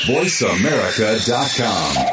VoiceAmerica.com